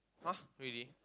!huh! really